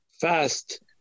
fast